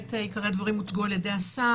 עיקרי הדברים כבר הוצגו על ידי השר,